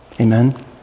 Amen